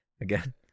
Again